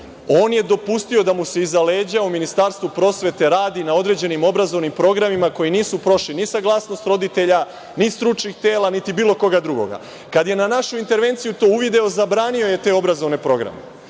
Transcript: On je dopustio da mu se iza leđa u Ministarstvu prosvete radi na određenim obrazovnim programima koji nisu prošli ni saglasnost roditelja, ni stručnih tela, niti bilo koga drugoga. Kada je na našu intervenciju to uvideo, zabranio je te obrazovne programe. Sada